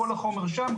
כל החומר שם,